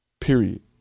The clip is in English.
Period